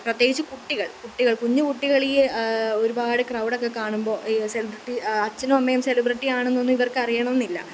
പ്രത്യേകിച്ച് കുട്ടികൾ കുട്ടികൾ കുഞ്ഞു കുട്ടികളീ ഒരുപാട് ക്രൗഡൊക്കെ കാണുമ്പോൾ ഈ സെലിബ്രിറ്റി അച്ഛനും അമ്മയും സെലിബ്രിറ്റി ആണെന്നൊന്നും ഇവർക്കറിയണമെന്നില്ല